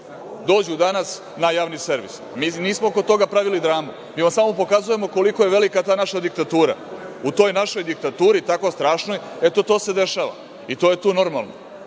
dođu danas na javni servis. Mi nismo oko toga pravili dramu, mi vam samo pokazujemo koliko je velika ta naša diktatura. U toj našoj diktaturi tako strašnoj, eto, to se dešava i to je tu normalno. Sa